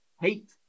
hate